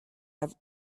i’ve